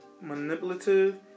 manipulative